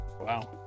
Wow